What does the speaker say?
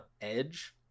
edge